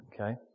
Okay